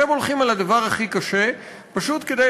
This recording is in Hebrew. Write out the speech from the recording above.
אתם הולכים על הדבר הכי קשה פשוט כדי